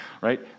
right